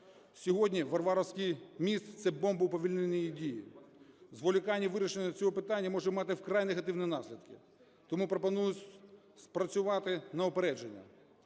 Сьогодні Варварівський міст – це бомба уповільненої дії. Зволікання у вирішенні цього питання може мати вкрай негативні наслідки. Тому пропоную спрацювати на упередження.